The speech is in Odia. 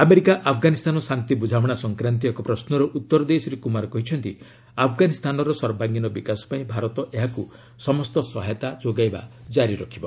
ଆମେରିକା ଆଫଗାନିସ୍ତାନ ଶାନ୍ତି ବୁଝାମଣା ସଂକ୍ରାନ୍ତୀୟ ଏକ ପ୍ରଶ୍ନର ଉତ୍ତର ଦେଇ ଶ୍ରୀ କୁମାର କହିଛନ୍ତି ଆଫଗାନିସ୍ତାନର ସର୍ବାଙ୍ଗୀନ ବିକାଶ ପାଇଁ ଭାରତ ଏହାକୁ ସମସ୍ତ ସହାୟତା ଯୋଗାଇବା କାରି ରଖିବ